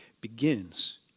begins